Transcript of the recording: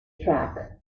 track